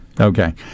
okay